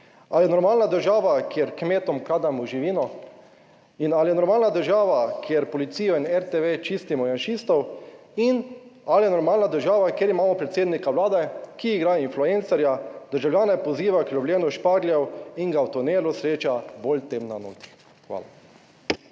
ali je normalna država, kjer kmetom krademo živino, in ali je normalna država, kjer policijo in RTV čistimo janšistov, in ali je normalna država, kjer imamo predsednika vlade, ki igra influencerja, državljane poziva k lovljenju špargljev in ga v tunelu sreča bolj temna noč. Hvala.